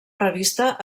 revista